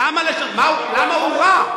למה הוא רע?